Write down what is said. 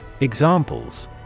Examples